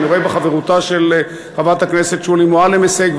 אני רואה בחברותה של חברת הכנסת שולי מועלם הישג,